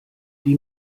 die